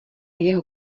jeho